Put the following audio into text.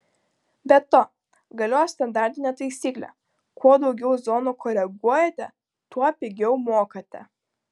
be to galioja standartinė taisyklė kuo daugiau zonų koreguojate tuo pigiau mokate